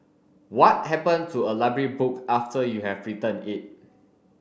what happen to a library book after you have returned it